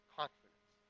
confidence